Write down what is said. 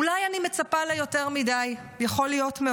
אולי אני מצפה ליותר מדי, יכול מאוד להיות.